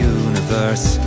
universe